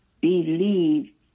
Believe